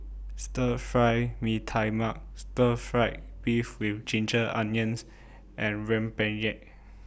Stir Fry Mee Tai Mak Stir Fried Beef with Ginger Onions and Rempeyek